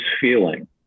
feeling